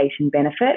benefit